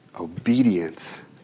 Obedience